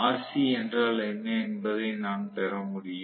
Rc என்றால் என்ன என்பதை நான் பெற முடியும்